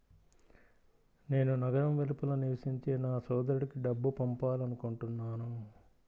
నేను నగరం వెలుపల నివసించే నా సోదరుడికి డబ్బు పంపాలనుకుంటున్నాను